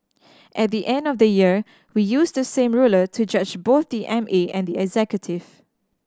at the end of the year we use the same ruler to judge both the M A and the executive